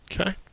Okay